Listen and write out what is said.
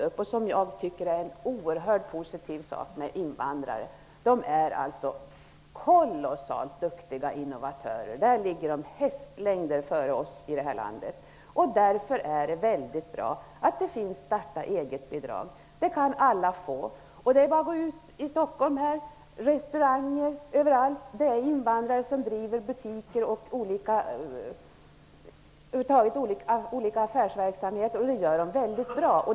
Det är något som jag tycker är mycket positivt med invandrarna, nämligen att de är kolossalt duktiga innovatörer. De ligger hästlängder före oss här i Sverige. Därför är det bra att det finns starta-eget-bidrag. Bidraget kan alla få. Man behöver bara gå ut här i Stockholm på resturanger etc. för att se att det är invandrare som driver butiker och olika affärsverksamheter, vilket de gör mycket bra.